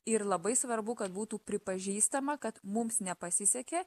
ir labai svarbu kad būtų pripažįstama kad mums nepasisekė